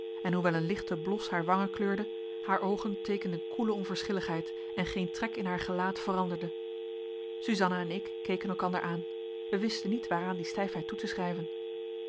en hoewel een lichte blos haar wangen kleurde haar oogen teekenden koele onverschilligheid en geen trek in haar gelaat veranderde suzanna en ik keken elkander aan wij wisten niet waaraan die stijfheid toe te schrijven